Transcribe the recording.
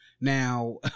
Now